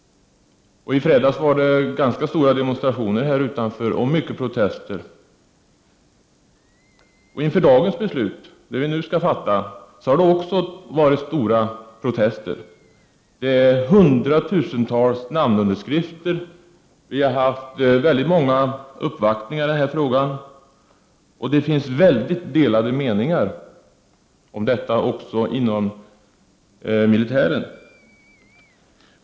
I fredags var det ganska stora demonstrationer här utanför och många protester. Inför det beslut vi skall fatta i dag har det också varit stora protester. Man har samlat in hundratusentals namnunderskrifter. Vi har haft många uppvaktningar i denna fråga. Det finns väldigt delade meningar om detta också inom militären.